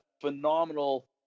phenomenal